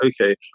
okay